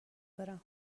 برم